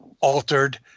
altered